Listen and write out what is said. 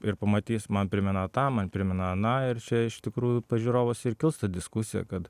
ir pamatys man primena tą man primena aną ir čia iš tikrųjų pas žiūrovus ir kils diskusija kad